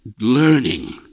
learning